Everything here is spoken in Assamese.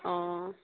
অঁ